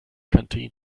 canteen